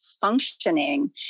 functioning